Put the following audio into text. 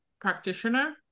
practitioner